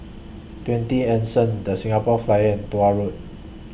twenty Anson The Singapore Flyer and Tuah Road